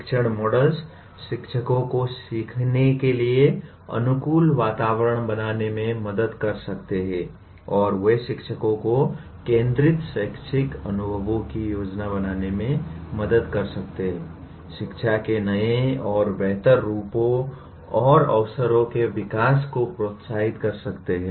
शिक्षण मॉडल्स शिक्षकों को सीखने के लिए अनुकूल वातावरण बनाने में मदद कर सकते हैं और वे शिक्षकों को केंद्रित शैक्षिक अनुभवों की योजना बनाने में मदद कर सकते हैं शिक्षा के नए और बेहतर रूपों और अवसरों के विकास को प्रोत्साहित कर सकते हैं